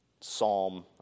psalm